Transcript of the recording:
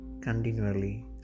Continually